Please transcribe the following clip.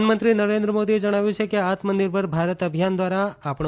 પ્રધાનમંત્રી નરેન્દ્ર મોદીએ જણાવ્યું છે કે આત્મનિર્ભર ભારત અભિયાન દ્વારા આપણી